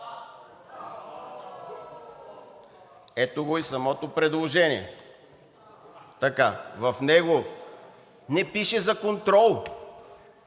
Ето го и самото предложение. Така. В него не пише за контрол,